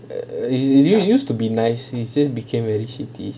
err it it used to be nice he says became very shitty